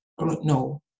no